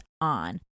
on